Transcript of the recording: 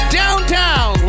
downtown